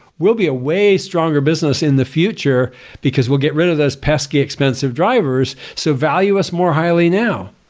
we'll be a way stronger business in the future because we'll get rid of those pesky expensive drivers so value us more highly now,